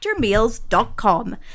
factormeals.com